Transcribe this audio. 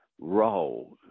role